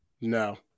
no